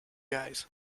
guys